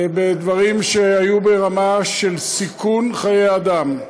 בדברים שהיו ברמה של סיכון חיי אדם.